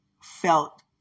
felt